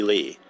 Lee